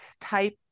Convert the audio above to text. type